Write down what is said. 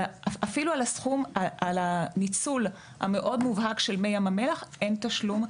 אפילו על הניצול המאוד מובהק של מי ים המלח אין תשלום,